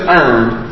earned